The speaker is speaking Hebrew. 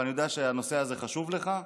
ואני יודע שהנושא הזה חשוב לך,